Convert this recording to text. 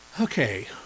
Okay